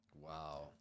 Wow